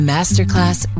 Masterclass